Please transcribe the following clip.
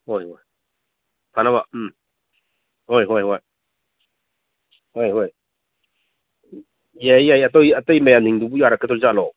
ꯍꯣꯏ ꯍꯣꯏ ꯐꯅꯕ ꯎꯝ ꯍꯣꯏ ꯍꯣꯏ ꯍꯣꯏ ꯍꯣꯏ ꯍꯣꯏ ꯌꯥꯏꯌꯦ ꯌꯥꯏꯌꯦ ꯑꯇꯩ ꯃꯌꯥꯝꯗꯨꯕꯨ ꯌꯥꯔꯛꯀꯗꯣꯏꯖꯥꯠꯂꯣ